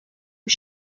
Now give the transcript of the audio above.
que